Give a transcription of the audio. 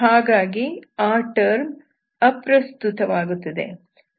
ಹಾಗಾಗಿ ಆ ಟರ್ಮ್ ಅಪ್ರಸ್ತುತವಾಗುತ್ತದೆ